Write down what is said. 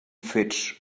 fets